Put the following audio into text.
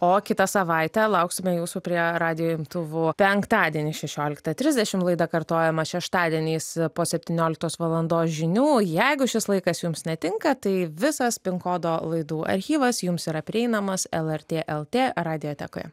o kitą savaitę lauksime jūsų prie radijo imtuvų penktadienį šešioliktą trisdešim laida kartojama šeštadieniais po septynioliktos valandos žinių jeigu šis laikas jums netinka tai visas pinkodo laidų archyvas jums yra prieinamas lrt lt radiotekoje